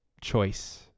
choice